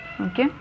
okay